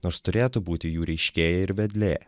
nors turėtų būti jų reiškėja ir vedlė